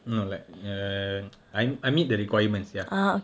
no like err I I meet the requirements ya